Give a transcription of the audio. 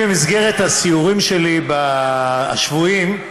במסגרת הסיורים השבועיים שלי